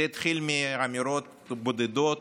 זה התחיל מאמירות בודדות,